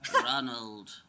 Ronald